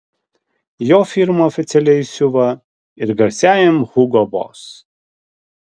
jo firma oficialiai siuva ir garsiajam hugo boss